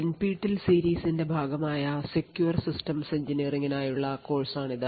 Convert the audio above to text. NPTEL സീരീസിന്റെ ഭാഗമായ secure systems എഞ്ചിനീയറിംഗിനായുള്ള കോഴ്സാണിത്